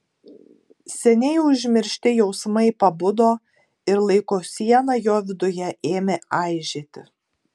seniai užmiršti jausmai pabudo ir laiko siena jo viduje ėmė aižėti